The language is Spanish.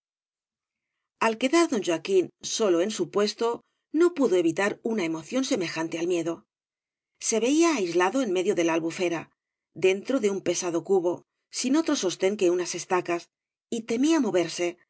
al quedar don joaquín solo en bu puesto no pudo evitar una emoción semejante al miedo se veia aislado en medio de la albufera dentro de un pesado cubo sin otro sostén que unas estacas y temía moverse con